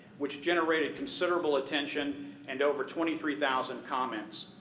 which generated considerable attention and over twenty three thousand comments.